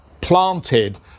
planted